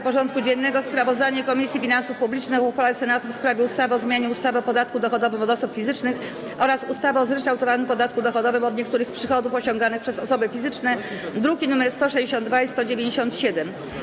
porządku dziennego: Sprawozdanie Komisji Finansów Publicznych o uchwale Senatu w sprawie ustawy o zmianie ustawy o podatku dochodowym od osób fizycznych oraz ustawy o zryczałtowanym podatku dochodowym od niektórych przychodów osiąganych przez osoby fizyczne (druki nr 162 i 197)